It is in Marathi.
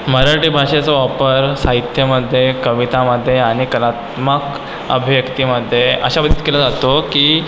मराठी भाषेचा वापर साहित्यामध्ये कवितामध्ये आणि कलात्मक अभिव्यक्तीमध्ये अशा व्यक्त केला जातो की